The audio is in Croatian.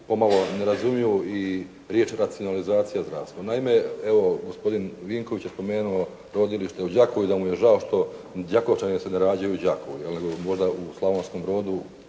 pomalo ne razumiju i riječ racionalizacija zdravstva. Naime, evo gospodin Vinković je spomenuo rodilište u Đakovu i da mu je žao što Đakovčani se ne rađaju u Đakovu možda u Slavonskom Brodu,